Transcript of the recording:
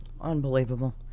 Unbelievable